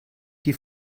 die